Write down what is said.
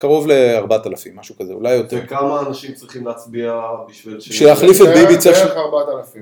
קרוב לארבעת אלפים, משהו כזה, אולי יותר. וכמה אנשים צריכים להצביע בשביל ש... בשביל להחליף את ביבי צריך ש... בערך ארבעת אלפים.